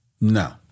No